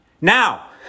Now